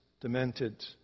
demented